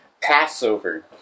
Passover